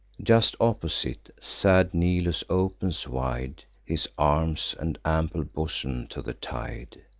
just opposite, sad nilus opens wide his arms and ample bosom to the tide,